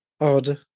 odd